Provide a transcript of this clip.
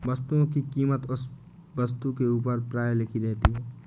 वस्तुओं की कीमत उस वस्तु के ऊपर प्रायः लिखी रहती है